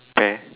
pear